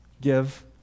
give